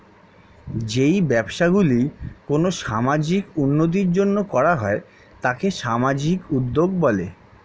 যেই ব্যবসাগুলি কোনো সামাজিক উন্নতির জন্য করা হয় তাকে সামাজিক উদ্যোগ বলে